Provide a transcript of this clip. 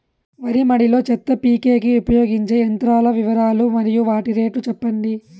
వరి మడి లో చెత్త పీకేకి ఉపయోగించే యంత్రాల వివరాలు మరియు వాటి రేట్లు చెప్పండి?